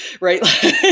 right